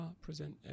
present